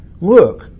Look